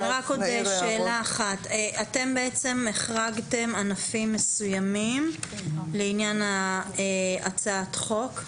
רק שאלה אחת: אתם החרגתם ענפים מסוימים לעניין הצעת החוק.